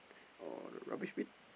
or rubbish bin